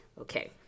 Okay